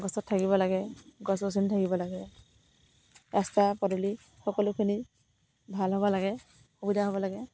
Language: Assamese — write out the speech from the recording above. গছত থাকিব লাগে গছ গছনি থাকিব লাগে ৰাস্তা পদূলি সকলোখিনি ভাল হ'ব লাগে সুবিধা হ'ব লাগে